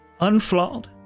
unflawed